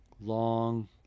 long